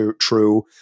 true